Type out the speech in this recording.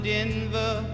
Denver